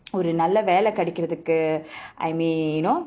ஒரு நல்ல வேல கிடைக்கிறதுக்கு:oru nalla vela kidakirathukku I mean know